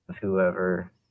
whoever